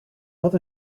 wat